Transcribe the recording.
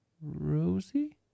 Rosie